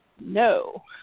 No